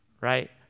right